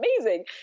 amazing